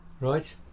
Right